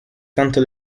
tanto